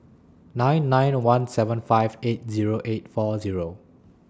nine nine one seven five eight Zero eight four Zero